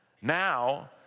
Now